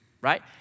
right